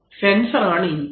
sensor ആണ് input